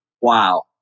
wow